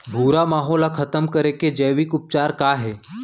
भूरा माहो ला खतम करे के जैविक उपचार का हे?